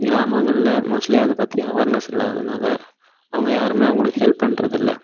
கிராமங்களில் மோஸ்ட்லி அதை பற்றின அவேர்னஸ் இல்லாததினால அவங்க யாருமே அவங்களுக்கு ஹெல்ப் பண்றதில்லை